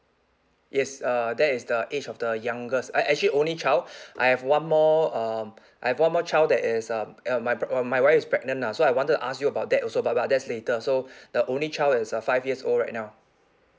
yes uh that is the age of the youngest a~ actually only child I have one more um I have one more child that is uh uh my preg~ my wife is pregnant lah so I wanted to ask you about that also but but that's later so the only child is uh five years old right now